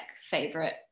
favorite